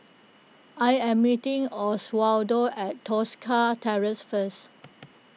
I am meeting Oswaldo at Tosca Terrace first